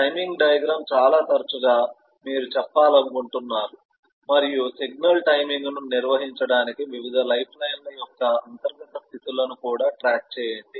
timing diagram చాలా తరచుగా మీరు చెప్పాలనుకుంటున్నారు మరియు సిగ్నల్ టైమింగ్ను నిర్వహించడానికి వివిధ లైఫ్లైన్ల యొక్క అంతర్గత స్థితులను కూడా ట్రాక్ చేయండి